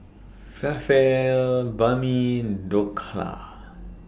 Falafel Banh MI Dhokla